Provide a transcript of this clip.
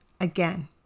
Again